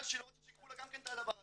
שהיא לא רוצה שיקחו לה גם כן את הדבר הזה.